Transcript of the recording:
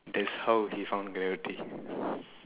that's how he found gravity